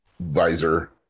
visor